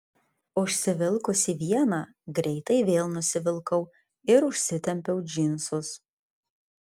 užsivilkusi vieną greitai vėl nusivilkau ir užsitempiau džinsus